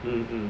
mm